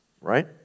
right